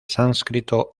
sánscrito